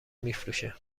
میفروشه